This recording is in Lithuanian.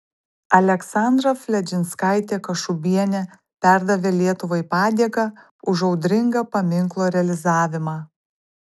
aleksandra fledžinskaitė kašubienė perdavė lietuvai padėką už audringą paminklo realizavimą